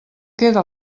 queda